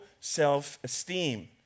self-esteem